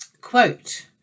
Quote